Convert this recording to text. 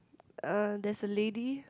uh there is a lady